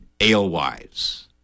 alewives